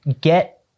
get